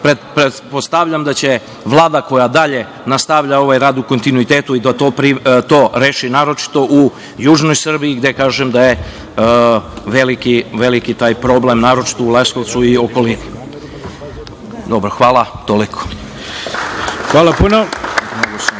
pretpostavljam da će Vlada koja dalje nastavlja ovaj rad u kontinuitetu i da to reši, naročito u južnoj Srbiji, gde kažem da je veliki taj problem, naročito u Leskovcu i okolini. Toliko. Hvala.